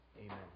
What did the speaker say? Amen